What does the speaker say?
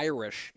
Irish